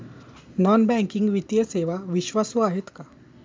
Non banking वित्तीय सेवा विश्वासू आहेत का?